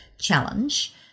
challenge